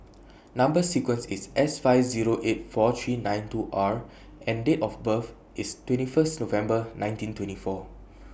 Number sequence IS S five Zero eight four three nine two R and Date of birth IS twenty First November nineteen twenty four